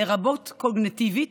לרבות קוגניטיבית,